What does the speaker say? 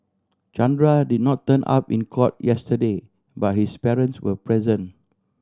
Chandra did not turn up in court yesterday but his parents were present